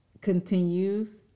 continues